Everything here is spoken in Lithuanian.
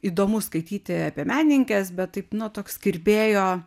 įdomu skaityti apie meninkes bet taip nu toks kirbėjo